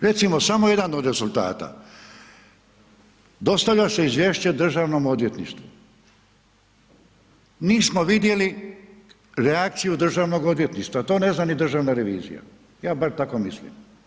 Recimo samo jedan od rezultata, dostavlja se izvješće Državnom odvjetništvu, nismo vidjeli reakciju državnog odvjetništva, to ne zna ni Državna revizija, ja bar tako mislim.